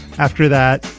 after that,